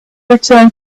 returned